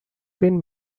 been